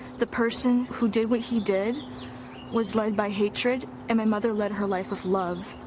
the person who did what he did was led by hatred. and my mother led her life with love.